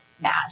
mad